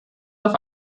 auf